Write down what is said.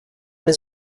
les